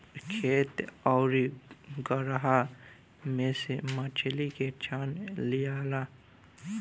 खेत आउरू गड़हा में से मछली के छान लियाला